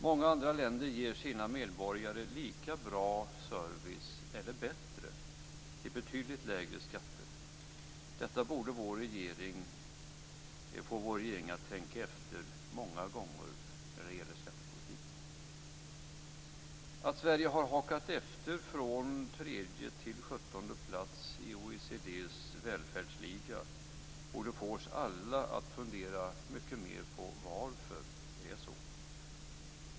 Många andra länder ger sina medborgare lika bra service eller bättre till betydligt lägre skatter. Detta borde få vår regering att tänka efter många gånger när det gäller skattepolitiken. Att Sverige har halkat efter från tredje till sjuttonde plats i OECD:s välfärdsliga borde få oss alla att fundera mycket mer på varför det är så.